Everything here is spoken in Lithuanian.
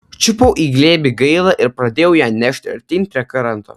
čiupau į glėbį gailą ir pradėjau ją nešti artyn prie kranto